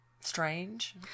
Strange